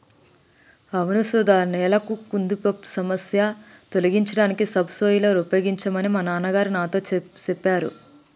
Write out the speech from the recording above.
అవును సుధ నేల కుదింపు సమస్య తొలగించడానికి సబ్ సోయిలర్ ఉపయోగించమని మా నాన్న గారు నాతో సెప్పారు